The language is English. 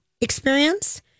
experience